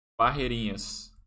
barreirinhas